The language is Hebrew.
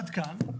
עד כאן.